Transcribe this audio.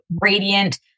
radiant